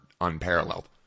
unparalleled